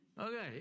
okay